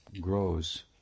grows